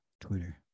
Twitter